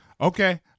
Okay